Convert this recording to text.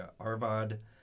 Arvad